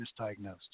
misdiagnosed